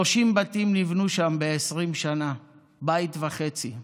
30 בתים נבנו שם ב-20 שנה, בית וחצי בשנה,